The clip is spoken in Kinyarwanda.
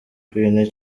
queen